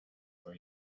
were